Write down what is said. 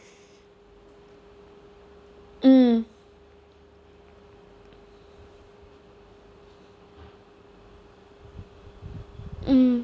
mm mm